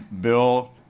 Bill